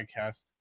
podcast